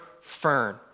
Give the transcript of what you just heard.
Fern